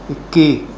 ਇੱਕੀ